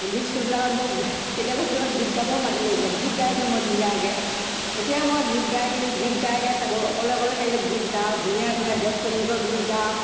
M V স্কুলবিলাকত মোক কেতিয়াবা কেতিয়াবা গীত গাবও মাতি লৈ যায় গীত গাই দিওঁ মই ধুনীয়াকৈ এতিয়াও মই গীত গাই দিওঁ গীত গাই গাই থাকোঁ অকলে অকলে থাকিলে গীত গাওঁ ধুনীয়া ধুনীয়া দেশ প্ৰ্ৰেমীকৰ গীত গাওঁ